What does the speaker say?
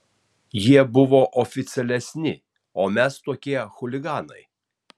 jie buvo oficialesni o mes tokie chuliganai